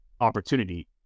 opportunity